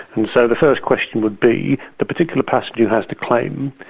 and so the first question would be the particular passenger who has the claim,